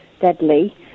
deadly